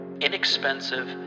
Inexpensive